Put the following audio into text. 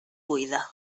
buida